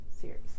series